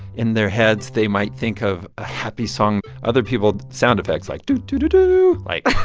in their heads, they might think of a happy song. other people sound effects, like do do do do like,